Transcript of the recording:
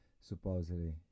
supposedly